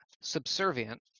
subservient